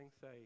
say